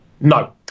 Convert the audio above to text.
no